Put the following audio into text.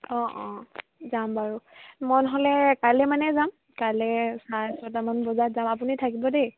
অঁ অঁ যাম বাৰু মই নহ'লে কাইলৈ মানে যাম কাইলৈ চাৰে ছটামান বজাত যাম আপুনি থাকিব দেই